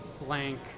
blank